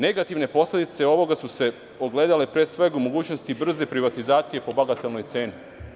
Negativne posledice ovoga su se ogledale pre svega u mogućnosti brze privatizacije po bagatelnoj ceni.